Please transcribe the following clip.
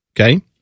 Okay